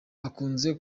akunze